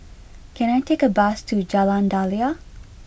can I take a bus to Jalan Daliah